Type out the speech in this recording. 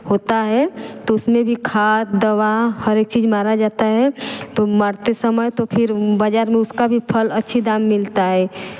होता है तो उसमें भी खात दवा हर एक चीज मारा जाता है तो मारते समय तो फिर बाजार में उसका भी फल अच्छी दाम मिलता है